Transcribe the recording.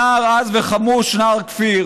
/ נער עז וחמוש, נער-כפיר.